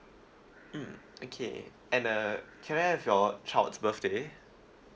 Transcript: mm okay and uh can I have your child's birthday